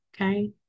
okay